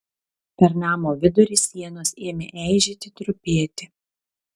per namo vidurį sienos ėmė eižėti trupėti